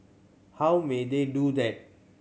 how may they do that